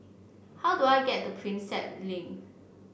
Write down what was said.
how do I get to Prinsep Link